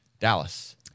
Dallas